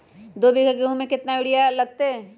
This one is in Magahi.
दो बीघा गेंहू में केतना यूरिया लगतै?